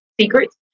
secrets